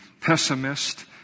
pessimist